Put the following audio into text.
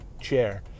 chair